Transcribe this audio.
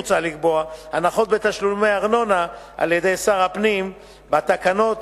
מוצע לקבוע הנחות בתשלומי הארנונה על-ידי שר הפנים בתקנות,